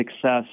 success